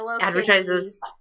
advertises